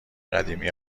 قدیمی